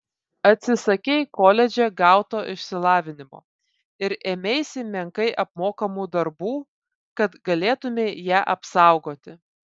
atsisakei koledže gauto išsilavinimo ir ėmeisi menkai apmokamų darbų kad galėtumei ją apsaugoti